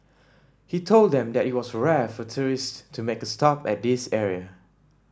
he told them that it was rare for tourist to make a stop at this area